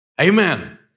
Amen